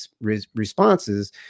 responses